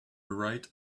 right